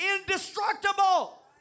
indestructible